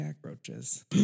cockroaches